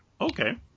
Okay